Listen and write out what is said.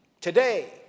today –